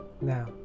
Now